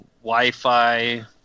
Wi-Fi